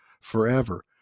forever